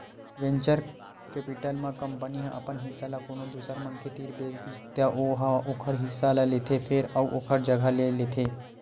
venture capital म company ह अपन हिस्सा ल कोनो दूसर मनखे तीर बेच दिस त ओ ह ओखर हिस्सा ल लेथे फेर अउ ओखर जघा ले लेथे